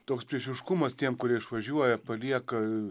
toks priešiškumas tiem kurie išvažiuoja palieka